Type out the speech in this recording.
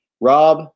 Rob